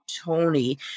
Tony